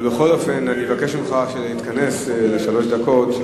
אבל בכל אופן, אני מבקש ממך שתתכנס לשלוש דקות.